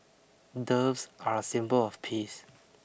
doves are a symbol of peace